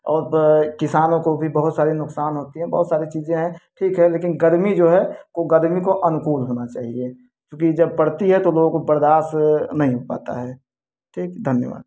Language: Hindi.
और बड़ा किसानों को भी बहुत सारे नुकसान होती है बहुत सारे चीज़ें हैं ठीक है लेकिन गर्मी जो है वो गर्मी को अनुकूल होना चाहिए क्योंकि जब पड़ती है तो लोगों को बर्दास्त नहीं हो पाता है ठीक धन्यवाद